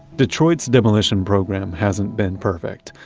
detroit's demolition program hasn't been perfect.